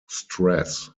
stress